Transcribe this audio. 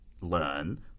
learn